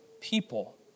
people